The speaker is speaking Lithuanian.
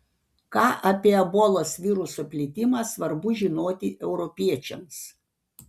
ką apie ebolos viruso plitimą svarbu žinoti europiečiams